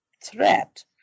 threat